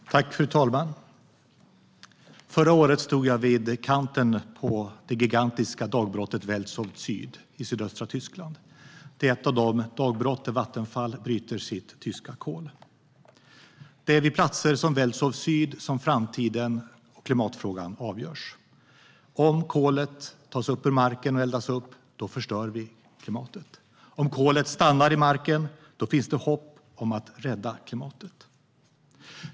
Aktuell debatt om Vattenfalls brunkols-verksamhet och klimatet Fru talman! Förra året stod jag vid kanten på det gigantiska dagbrottet Welzow-Süd i sydöstra Tyskland. Det är ett av de dagbrott där Vattenfall bryter sitt tyska kol. Det är vid platser som Welzow-Süd som framtiden och klimatfrågan avgörs. Om kolet tas upp ur marken och eldas upp förstör vi klimatet. Om kolet stannar i marken finns det hopp om att rädda klimatet.